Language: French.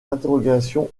interrogations